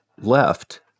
left